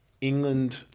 England